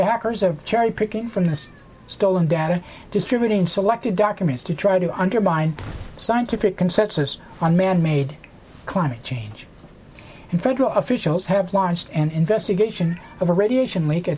hackers of cherry picking from this stolen data distributing selective documents to try to undermine scientific consensus on manmade climate change and federal officials have launched an investigation of a radiation leak